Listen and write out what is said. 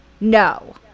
No